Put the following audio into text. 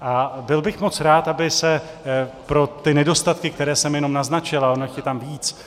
A byl bych moc rád, aby se pro ty nedostatky, které jsem jenom naznačil, ale ono jich je tam víc,